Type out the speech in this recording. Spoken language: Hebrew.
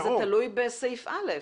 לא, אבל זה תלוי בסעיף (א),